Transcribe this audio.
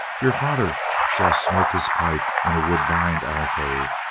your father shall smoke his pipe in a woodbine alcove,